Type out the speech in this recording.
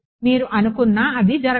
మీరు అనుకున్నా అది జరగదు